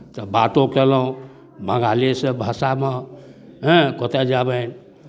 तऽ बातो कएलहुँ बंगालीसँ भाषामे एँ कोथाइ जाबैन